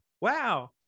wow